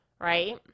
right